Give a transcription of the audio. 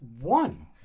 one